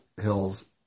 hills